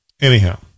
anyhow